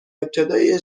ابتدای